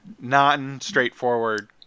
non-straightforward